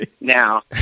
Now